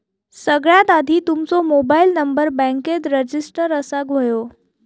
सगळ्यात आधी तुमचो मोबाईल नंबर बॅन्केत रजिस्टर असाक व्हयो